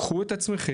קחו את עצמכם,